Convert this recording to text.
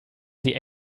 sie